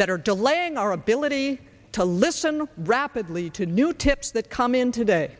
that are delaying our ability to listen rapidly to new tips that come in today